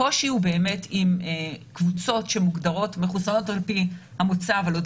הקושי הוא עם קבוצות שמוגדרות מחוסנות על פי המוצא אבל עוד